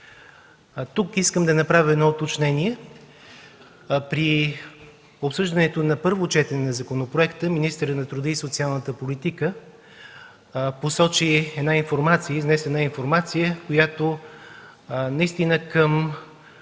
Тук искам да направя уточнение: при обсъждането на първо четене на законопроекта министърът на труда и социалната политика изнесе информация, която наистина